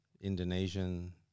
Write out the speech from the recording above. Indonesian